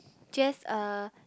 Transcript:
just uh